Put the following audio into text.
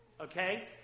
Okay